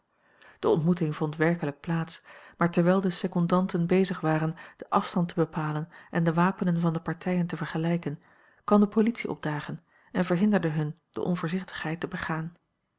de ontmoeting vond werkelijk plaats maar terwijl de secondanten bezig waren de afstand te bepalen en de wapenen van de partijen te vergelijken kwam de politie opdagen en verhinderde hun de onvoorzichtigheid te begaan